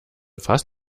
fass